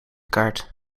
kaart